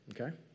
Okay